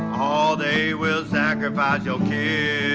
oh they will sacrifice your kid.